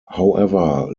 however